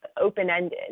open-ended